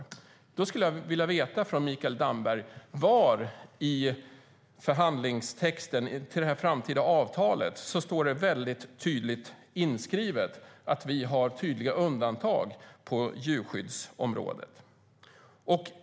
Jag skulle vilja höra från Mikael Damberg var i förhandlingstexten till detta framtida avtal det står tydligt inskrivet att vi har tydliga undantag på djurskyddsområdet.